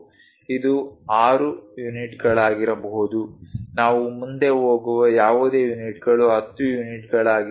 ಇದು 6 ಯೂನಿಟ್ಗಳಾಗಿರಬಹುದು ನಾವು ಮುಂದೆ ಹೋಗುವ ಯಾವುದೇ ಯೂನಿಟ್ಗಳು 10 ಯೂನಿಟ್ಗಳಾಗಿರಬಹುದು